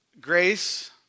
grace